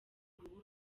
uruhu